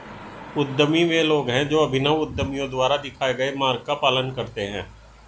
उद्यमी वे लोग हैं जो अभिनव उद्यमियों द्वारा दिखाए गए मार्ग का पालन करते हैं